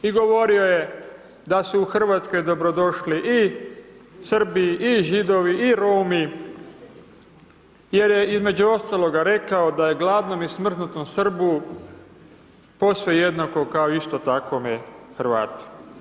I govorio je da su u Hrvatsku dobrodošli i Srbi i Židovi i Romi jer je, između ostalog rekao da je gladnome i smrznutom Srbu posve jednako kao istom takvome Hrvatu.